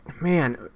man